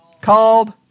called